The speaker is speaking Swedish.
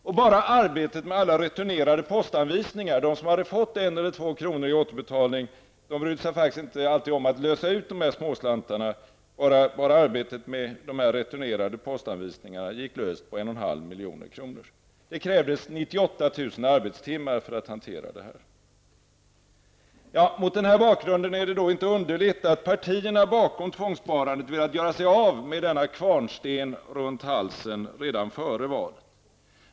Enbart arbetet med alla returnerade postanvisningar från dem som fått en eller två kronor i återbetalning och som inte alltid brytt sig om att lösa ut dessa småslantar, gick löst på 1,5 milj.kr. Det krävdes 98 000 arbetstimmar för att hantera detta. Mot denna bakgrund är det inte underligt att partierna bakom tvångssparandet har velat göra sig av med denna kvarnsten runt halsen redan före valet.